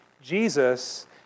Jesus